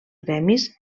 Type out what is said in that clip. gremis